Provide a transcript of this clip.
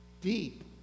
deep